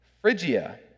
Phrygia